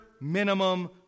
minimum